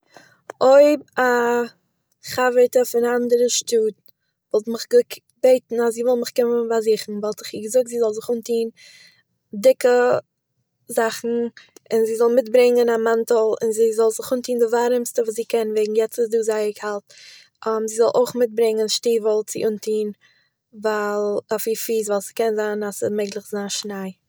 אויב א חבר'טע פון א אנדערע שטאט וואלט מיך געק- געבעטן אז זי וויל מיך קומען באזוכן וואלט איך איר געזאגט זי זאל זיך אנטוהן דיקע זאכן און זי זאל מיט ברענגען א מאנטל און זי זאל זיך אנטוהן די ווארעמסטע וואס זי קען וועגן יעצט איז דא זייער קאלט, זי זאל אויך מיטברענגען שטיוול צו אנטוהן ווייל, אויף איר פיס ווייל ס'קען זיין אז ס'מעגליך צו זיין שניי.